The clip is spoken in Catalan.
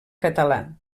català